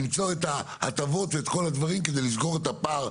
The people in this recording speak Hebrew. בשביל למצוא את ההטבות ואת כל הדברים כדי לסגור את הפער,